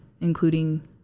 including